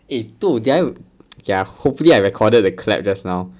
eh toh did I !aiya! hopefully I recorded the clap just now